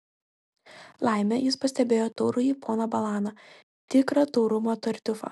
laimė jis pastebėjo taurųjį poną balaną tikrą taurumo tartiufą